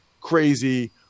crazy